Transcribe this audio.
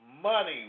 money